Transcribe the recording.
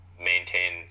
maintain